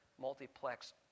multiplex